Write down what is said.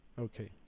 Okay